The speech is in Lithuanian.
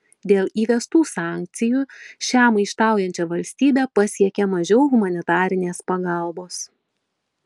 dėl įvestų sankcijų šią maištaujančią valstybę pasiekia mažiau humanitarinės pagalbos